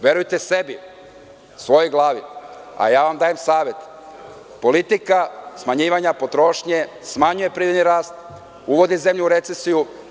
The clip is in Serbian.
Verujte sebi, svojoj glavi, a ja vam dajem savet – politika smanjivanja potrošnje smanjuje privredni rast, uvodi zemlju u recesiju.